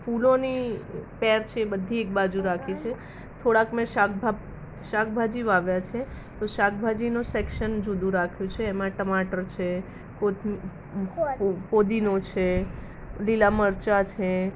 ફૂલોની પેર છે એ બધી એકબાજુ રાખી છે થોડાંક મેં શાકભા શાકભાજી વાવ્યાં છે તો શાકભાજીનું સેક્સન જુદું રાખ્યું છે એમાં ટમાટર છે કો કોથ ફુદીનો છે લીલા મરચાં છે